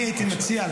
אני הייתי מציע,